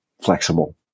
flexible